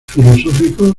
filosófico